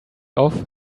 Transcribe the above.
off